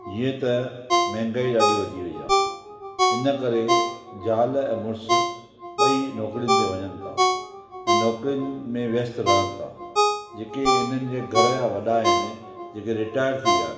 इहे त महंगाई ॾाढी वधी वई आहे इन करे ज़ाल ऐं मुड़ुस ॿई नौकरियुनि ते वञनि था ऐं नौकरियुनि में व्यस्त रहनि था जेके हिननि जे घर जा वॾा आहिनि जेके रिटायर थी विया आहिनि